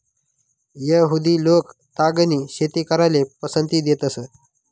यहुदि लोक तागनी शेती कराले पसंती देतंस